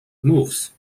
moves